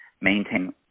maintain